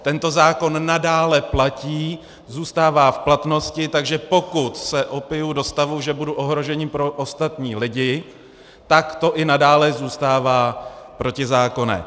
Tento zákon nadále platí, zůstává v platnosti, takže pokud se opiju do stavu, že budu ohrožením pro ostatní lidi, tak to i nadále zůstává protizákonné.